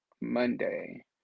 monday